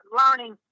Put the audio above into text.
learning